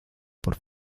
por